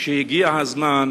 שהגיע הזמן,